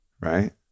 Right